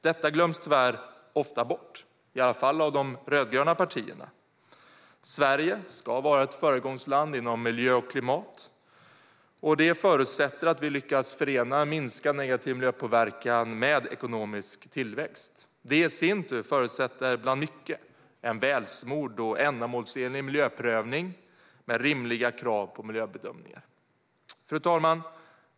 Detta glöms tyvärr ofta bort, i alla fall av de rödgröna partierna. Sverige ska vara ett föregångsland inom miljö och klimat, och det förutsätter att vi lyckas förena en minskad negativ miljöpåverkan med ekonomisk tillväxt. Det i sin tur förutsätter, bland mycket, en välsmord och ändamålsenlig miljöprövning med rimliga krav på miljöbedömningar. Fru talman!